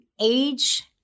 age